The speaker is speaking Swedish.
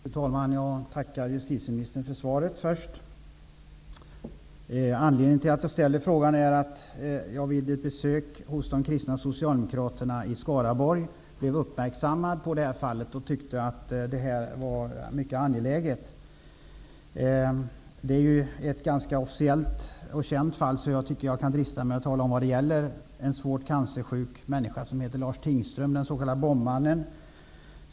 Fru talman! Först tackar jag justitieministern för svaret. Anledningen till att jag ställer frågan är att jag vid ett besök hos de kristna socialdemokraterna i Skaraborg blev uppmärksammad på det här fallet, och jag tyckte att det var mycket angeläget. Det är ju ett ganska officiellt och känt fall, så jag tycker att jag kan drista mig till att tala om att det gäller en svårt cancersjuk människa som heter Lars Tingström, den s.k. bombmannen.